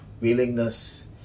willingness